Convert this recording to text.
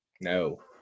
No